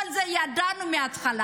את כל זה ידענו מההתחלה,